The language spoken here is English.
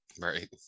Right